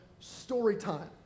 Storytime